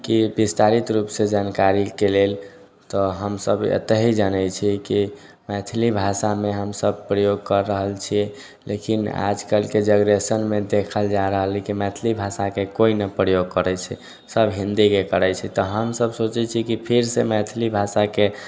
कि विस्तारित रूप से जानकारीके लेल तऽ हमसब एतहि जानैत छियै कि मैथिली भाषामे हमसब प्रयोग कऽ रहल छी लेकिन आइ काल्हिके जेनेरेशनमे देखल जा रहल अछि कि मैथिली भाषाके केओ नहि प्रयोग करैत छै सब हिन्दीके करैत छै तऽ हमसब सोचैत छी कि फिर से मैथिली भाषाकेँ